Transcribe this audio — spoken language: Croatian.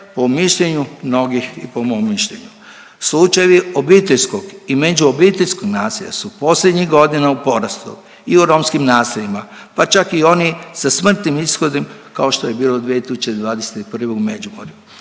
po mišljenju mnogih i po mom mišljenju. Slučajevi obiteljskog i međuobiteljskog nasilja su posljednjih godina u porastu i u romskim naseljima, pa čak i oni sa smrtnim ishodom, kao što je bilo 2021. u Međimurju.